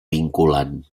vinculant